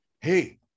hey